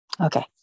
Okay